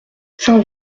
saint